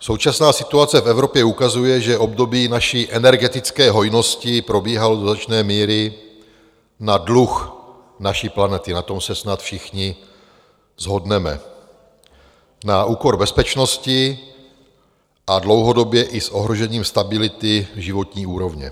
Současná situace v Evropě ukazuje, že období naší energetické hojnosti probíhalo do značné míry na dluh naší planety, na tom se snad všichni shodneme, na úkor bezpečnosti a dlouhodobě i s ohrožením stability životní úrovně.